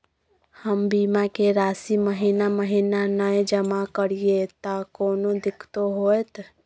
हम बीमा के राशि महीना महीना नय जमा करिए त कोनो दिक्कतों होतय?